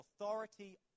authority